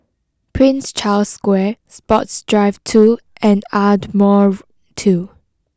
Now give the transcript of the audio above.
Prince Charles Square Sports Drive two and Ardmore two